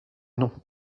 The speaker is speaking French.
non